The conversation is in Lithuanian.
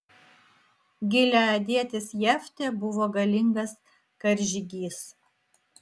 gileadietis jeftė buvo galingas karžygys